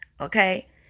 Okay